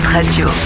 Radio